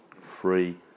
free